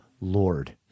Lord